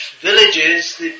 villages